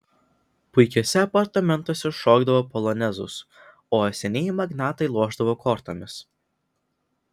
puikiuose apartamentuose šokdavo polonezus o senieji magnatai lošdavo kortomis